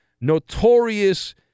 notorious